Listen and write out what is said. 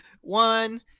One